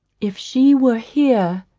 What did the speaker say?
if she were here,